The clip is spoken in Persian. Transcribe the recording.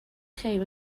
خیر